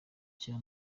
cya